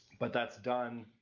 but that's done,